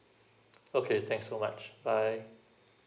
okay thanks so much bye